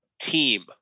team